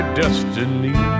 destiny